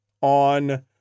on